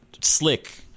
Slick